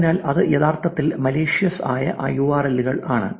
അതിനാൽ അത് യഥാർത്ഥത്തിൽ മലീഷിയസ് ആയ യുആർഎല്ലുകൾ ആണ്